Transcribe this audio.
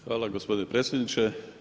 Hvala gospodine predsjedniče.